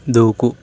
దూకు